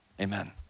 amen